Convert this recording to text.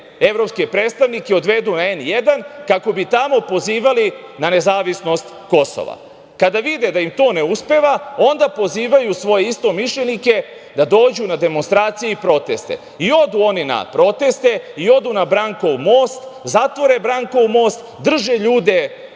evropske predstavnike odvedu „N1“, kako bi tamo pozivali na nezavisnost Kosova. Kada vide da im to ne uspeva, onda pozivaju svoje istomišljenike da dođu na demonstracije i proteste. I, odu na proteste, odu na Brankov most, zatvore Brankov most, drže ljude,